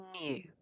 new